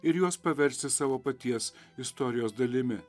ir juos paversti savo paties istorijos dalimi